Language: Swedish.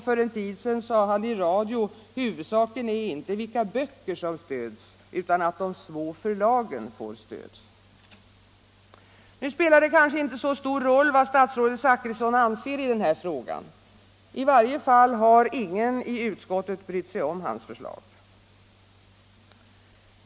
För en tid sedan sade han i radio: ”Huvudsaken är inte vilka böcker som stöds utan att de små förlagen får stöd.” Nu spelar det kanske inte så stor roll vad statsrådet Zachrisson anser i den här frågan. I varje fall har ingen i utskottet brytt sig om hans förslag.